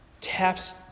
taps